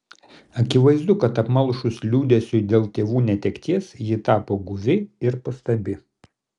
akivaizdu kad apmalšus liūdesiui dėl tėvų netekties ji tapo guvi ir pastabi